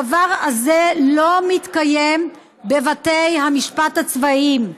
הדבר הזה לא מתקיים בבתי המשפט הצבאיים.